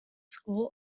school